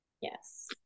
Yes